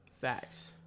Facts